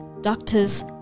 doctors